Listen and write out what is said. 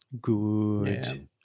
good